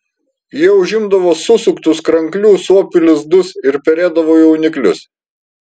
jie užimdavo susuktus kranklių suopių lizdus ir perėdavo jauniklius